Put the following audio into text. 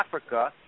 Africa